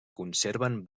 conserven